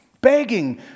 begging